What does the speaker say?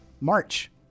March